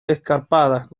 escarpadas